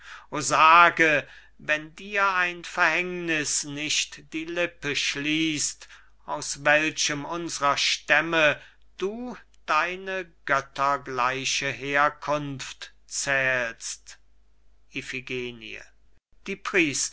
o sage wenn dir dein verhängniß nicht die lippe schließt aus welchem unsrer stämme du deine göttergleiche herkunft zählst